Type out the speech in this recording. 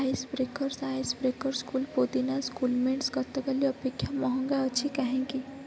ice Breakers Ice Breakers cool ପୋଦିନାସ୍ ଗତକାଲି ଅପେକ୍ଷା ମହଙ୍ଗା ଅଛି କାହିଁକି